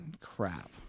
crap